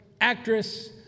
actress